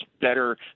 better